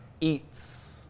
eats